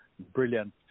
Brilliant